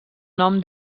nom